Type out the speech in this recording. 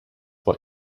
what